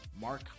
Mark